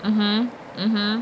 mmhmm mmhmm